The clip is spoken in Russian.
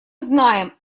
знаем